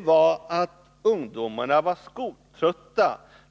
var att ungdomarna var skoltrötta.